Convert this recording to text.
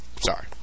Sorry